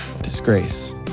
disgrace